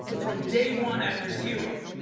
from day one after zero